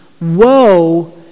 Woe